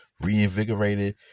reinvigorated